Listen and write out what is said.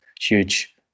huge